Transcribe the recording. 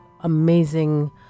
amazing